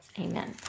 Amen